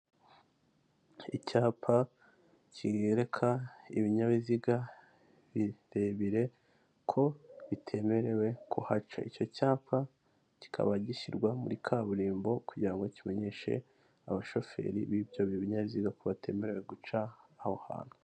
Icyapa cyereka ibinyabiziga birebire ko bitemerewe kuhaca, icyo cyapa kikaba gishyirwa muri kaburimbo kugira ngo kimenyeshe abashoferi b'ibyo binyabiziga ko batemerewe guca aho hantu.